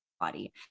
body